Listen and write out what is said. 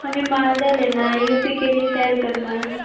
ہمیں مالدہ لینا ہے یو پی کے لیے سیل کرنا ہے